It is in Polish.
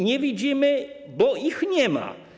Nie widzimy ich, bo ich nie ma.